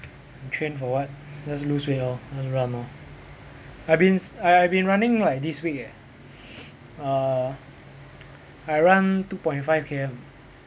we train for what just lose weight lor just run lor I've been s~ I've been running like this week eh uh I run two point five K_M